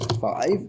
five